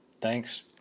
Thanks